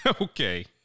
Okay